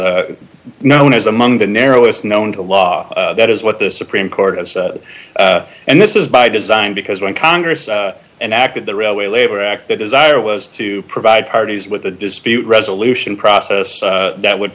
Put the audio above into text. known as among the narrowest known to law that is what the supreme court has and this is by design because when congress and acted the railway labor act the desire was to provide parties with a dispute resolution process that would